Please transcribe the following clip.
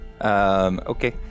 Okay